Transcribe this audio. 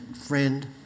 friend